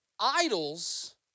idols